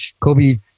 Kobe